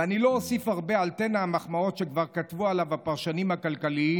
ואני לא אוסיף הרבה על טנא המחמאות שכבר כתבו עליו הפרשנים הכלכליים,